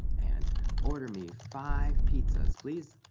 and order me five pizzas please.